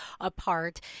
apart